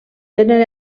tenen